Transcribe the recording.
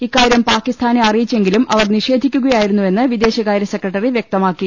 ഇക്കാര്യം പാകിസ്ഥാനെ അറിയിച്ചെങ്കിലും അവർ നിഷേധി ക്കുകയായിരുന്നുവെന്ന് വിദേശകാര്യ സെക്രട്ടറി വ്യക്തമാക്കി